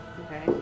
Okay